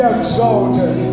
Exalted